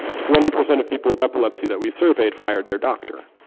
twenty percent of people with epilepsy that we surveyed fired their doctor.